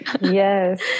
Yes